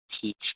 teach